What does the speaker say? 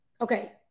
Okay